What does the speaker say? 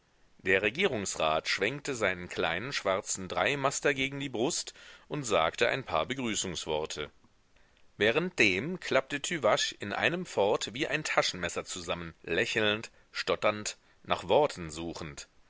der regierungsrat schwenkte seinen kleinen schwarzen dreimaster gegen die brust und sagte ein paar begrüßungsworte währenddem klappte tüvache in einem fort wie ein taschenmesser zusammen lächelnd stotternd nach worten suchend